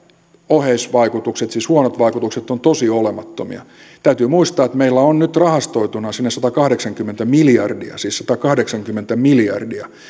oheisvaikutukset siis huonot vaikutukset ovat tosi olemattomia täytyy muistaa että meillä on nyt rahastoituna sinne satakahdeksankymmentä miljardia siis satakahdeksankymmentä miljardia